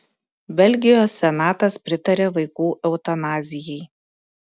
belgijos senatas pritarė vaikų eutanazijai